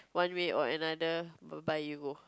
one way or another bye you go